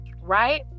Right